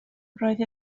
roedd